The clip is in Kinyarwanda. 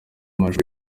mashusho